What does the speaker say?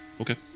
Okay